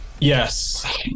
Yes